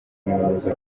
umuyobozi